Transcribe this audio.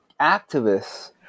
activists